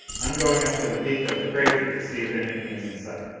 i'm going up to the peak of the crater to see if anything is in sight.